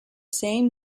same